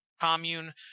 commune